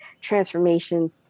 transformation